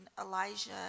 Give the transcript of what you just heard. Elijah